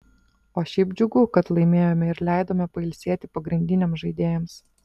o šiaip džiugu kad laimėjome ir leidome pailsėti pagrindiniams žaidėjams